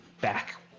back